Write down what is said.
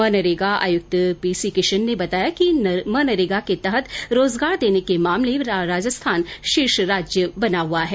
मनरेगा आयुक्त P C Kishan ने बताया कि मनरेगा के तहत रोजगार देने के मामले में राजस्थान शीर्ष राज्य बना हुआ है